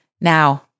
now